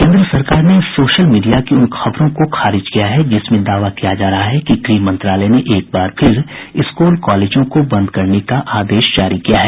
केन्द्र सरकार ने सोशल मीडिया की उन खबरों को खारिज किया है जिसमें दावा किया जा रहा है कि गृह मंत्रालय ने एक बार फिर स्कूल कॉलेजों को बंद करने का आदेश जारी किया है